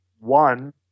one